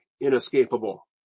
inescapable